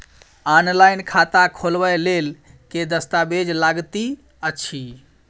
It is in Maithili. ऑनलाइन खाता खोलबय लेल केँ दस्तावेज लागति अछि?